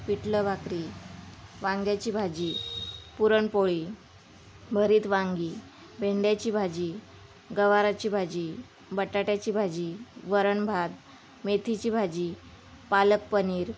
पिठलं भाकरी वांग्याची भाजी पुरणपोळी भरीत वांगी भेंड्याची भाजी गवारीची भाजी बटाट्याची भाजी वरण भात मेथीची भाजी पालक पनीर